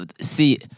See